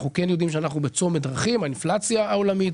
אנחנו יודעים שאנחנו בצומת דרכים - האינפלציה העולמית,